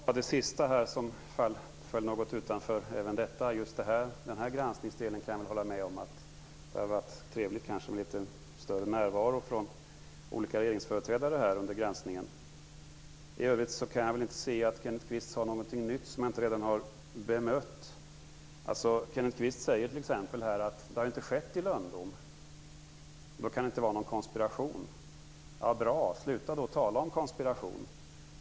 Herr talman! Det avslutande som föll något utanför den här granskningsdelen kan jag hålla med om att det hade varit trevligt med större närvaro från olika regeringsföreträdare. I övrigt kan jag inte se att Kenneth Kvist har någonting nytt att komma med som jag inte redan har bemött. Kenneth Kvist sade t.ex. att det hela inte har skett i lönndom, och därför kan det inte vara fråga om någon konspiration. Bra, sluta då att tala om konspiration!